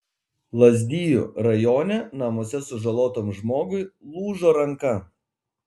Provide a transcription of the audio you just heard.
lazdijų rajone namuose sužalotam žmogui lūžo ranka